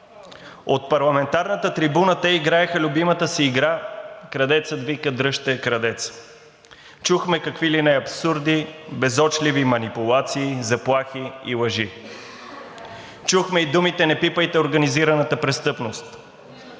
От парламентарната трибуна те играеха любимата си игра „Крадецът вика: „Дръжте крадеца!“. Чухме какви ли не абсурди, безочливи манипулации, заплахи и лъжи. Чухме и думите: „Не пипайте организираната престъпност!“